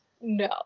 no